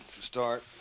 start